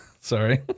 Sorry